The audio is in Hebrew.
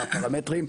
בפרמטרים,